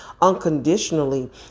unconditionally